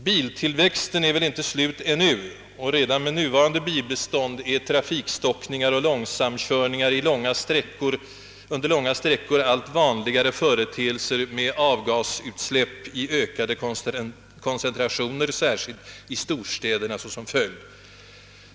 Biltillväxten är väl inte slut ännu, och redan med nuvarande bilbestånd är trafikstockningar och långsamkörningar på långa sträckor allt vanligare företeelser med avgasutsläpp i ökade koncentrationer som följd, särskilt i storstäderna.